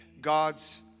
God's